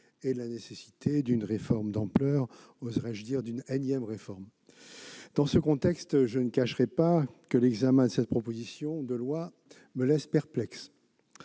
et la nécessité d'une réforme d'ampleur- d'une énième réforme, oserais-je dire. Dans ce contexte, je ne cacherai pas que l'examen de cette proposition de loi me laisse perplexe.